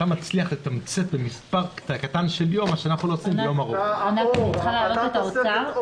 אתה הולך לקופת חולים, אתה עובר משם.